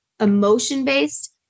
emotion-based